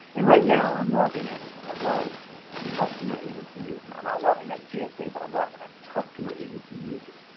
and right now i'm logged in as, i was a customer agency user, i'm not logged in as gsa, but i'm logged in as a customer agency user.